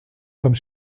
comme